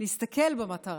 להסתכל במטרה,